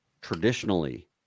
traditionally